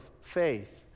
faith